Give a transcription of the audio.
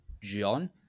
John